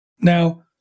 Now